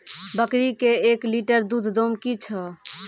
बकरी के एक लिटर दूध दाम कि छ?